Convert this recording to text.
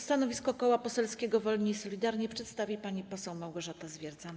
Stanowisko Koła Poselskiego Wolni i Solidarni przedstawi pani poseł Małgorzata Zwiercan.